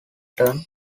turn